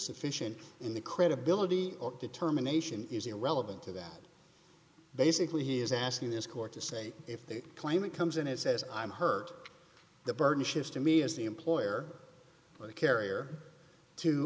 sufficient in the credibility determination is irrelevant to that basically he is asking this court to say if the claimant comes in and says i'm hurt the burden shifts to me as the employer or the carrier to